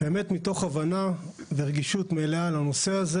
מתוך הבנה ורגישות מלאה לנושא הזה